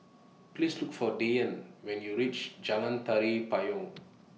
Please Look For Devyn when YOU REACH Jalan Tari Payong